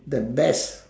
the best